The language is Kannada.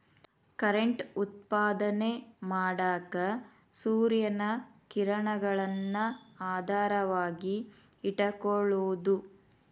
ಕರೆಂಟ್ ಉತ್ಪಾದನೆ ಮಾಡಾಕ ಸೂರ್ಯನ ಕಿರಣಗಳನ್ನ ಆಧಾರವಾಗಿ ಇಟಕೊಳುದು